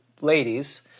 ladies